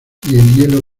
hielo